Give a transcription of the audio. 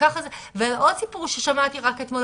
ועוד סיפור ששמעתי רק אתמול,